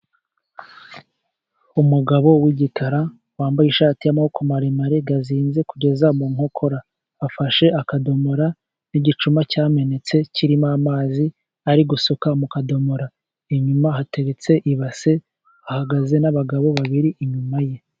Umugabo w'igikara, wambaye ishati y'amaboko maremare azinze kugeza mu nkokora, afashe akadomora n'igicuma cyamenetse kirimo amazi, ari gusuka mu kadomora. Inyuma hateretse ibase, hahagaze n'abagabo babiri inyuma ye.